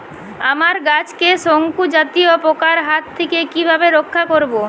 আমার গাছকে শঙ্কু জাতীয় পোকার হাত থেকে কিভাবে রক্ষা করব?